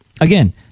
again